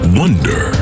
wonder